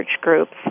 groups